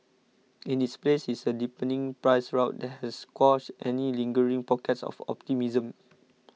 in its place is a deepening price rout that has quashed any lingering pockets of optimism